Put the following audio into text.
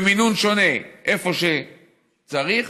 במינון שונה איפה שצריך,